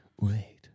wait